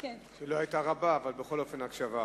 שלא היתה רבה, אבל בכל אופן הקשבה.